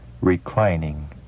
reclining